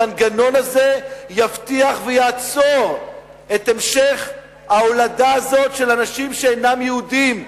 המנגנון הזה יבטיח ויעצור את המשך ההולדה הזאת של אנשים שאינם יהודים,